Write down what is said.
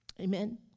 Amen